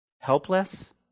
Helpless